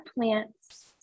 plants